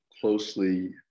closely